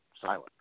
silent